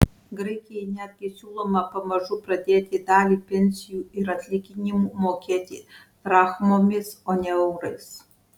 graikijai netgi siūloma pamažu pradėti dalį pensijų ir atlyginimų mokėti drachmomis o ne eurais